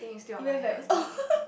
you have at